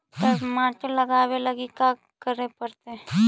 टमाटर लगावे लगी का का करये पड़तै?